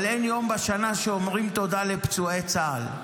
אבל אין יום בשנה שבו אומרים תודה לפצועי צה"ל?